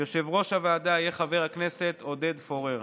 יושב-ראש הוועדה יהיה חבר הכנסת עודד פורר,